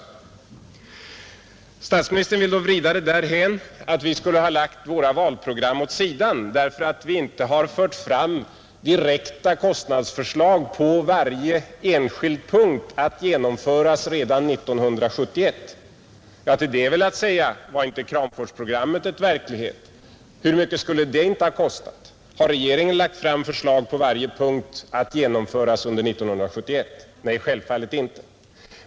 Statsministern vill då vrida det därhän att vi skulle ha lagt våra valprogram åt sidan därför att vi inte fört fram direkta kostnadsförslag på varje enskild punkt — att genomföras redan under år 1971. Till det är väl att säga: Var inte Kramforsprogrammet en verklighet? Hur mycket skulle det inte ha kostat? Har regeringen lagt fram förslag på varje punkt att genomföras under 1971? Nej, självfallet inte.